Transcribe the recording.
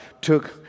took